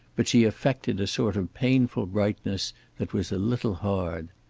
but she affected a sort of painful brightness that was a little hard.